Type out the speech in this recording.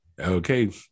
Okay